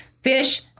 fish